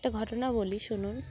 একটা ঘটনা বলি শুনুন